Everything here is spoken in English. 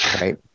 right